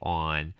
on